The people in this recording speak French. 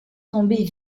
tomber